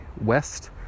West